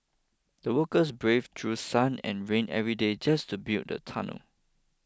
the workers braved through sun and rain every day just to build the tunnel